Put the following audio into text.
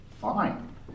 Fine